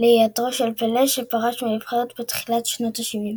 להיעדרו של פלה, שפרש מהנבחרת בתחילת שנות השבעים.